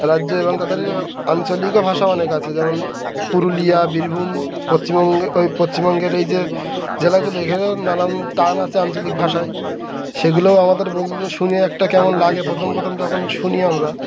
রাজ্য এবং তাদের আঞ্চলিকও ভাষা অনেক আছে যেমন পুরুলিয়া বীরভূম পশ্চিমবঙ্গে ওই পশ্চিমবঙ্গের এই যে জেলাগুলো এখানে নানান টান আছে আঞ্চলিক ভাষায় সেগুলোও আমাদের বলবো শুনি একটা কেমন লাগে প্রথম প্রথম যখন শুনি আমরা